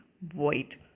void